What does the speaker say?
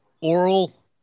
oral